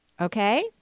Okay